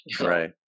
right